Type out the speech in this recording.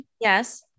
yes